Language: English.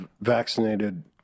vaccinated